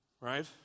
right